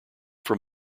from